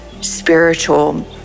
spiritual